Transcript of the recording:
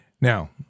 Now